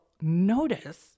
notice